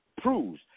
proves